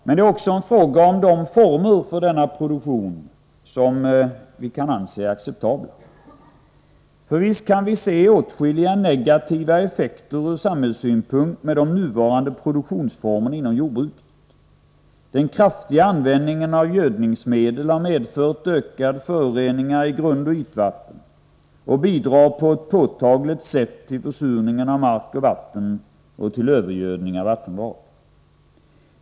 Men det är också fråga om de former för denna produktion som vi kan anse acceptabla. Visst kan vi se åtskilliga negativa effekter ur samhällssynpunkt med de nuvarande produktionsformerna inom jordbruket. Den kraftiga användningen av gödningsmedel har medfört ökade föroreningar i grundoch ytvatten och bidrar på ett påtagligt sätt till försurningen av mark och vatten och till övergödning av vattendrag.